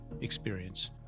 experience